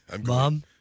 Mom